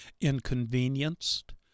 inconvenienced